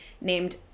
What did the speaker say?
named